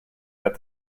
that